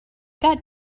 got